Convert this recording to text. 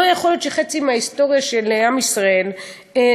לא יכול להיות שחצי מההיסטוריה של עם ישראל נמחקה.